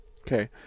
Okay